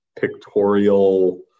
pictorial